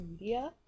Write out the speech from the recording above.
media